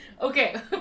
okay